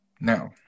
Now